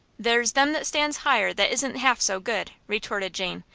there's them that stands higher that isn't half so good, retorted jane,